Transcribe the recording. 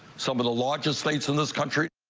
some of the largest lakes in this country.